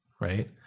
right